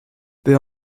there